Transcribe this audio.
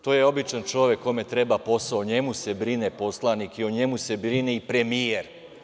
To je običan čovek, kome treba posao, o njemu se brine poslanik i o njemu se brine i premijer.